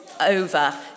over